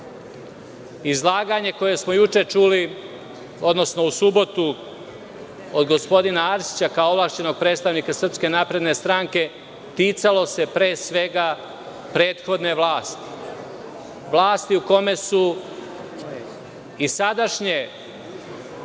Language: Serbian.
vlasti. Izlaganje, koje smo juče čuli, odnosno u subotu, od gospodina Arsića, kao ovlašćenog predstavnika SNS, ticalo se pre svega prethodne vlasti, vlasti u kome su i sadašnji